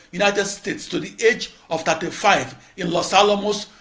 united states to the age of thirty five in los alamos,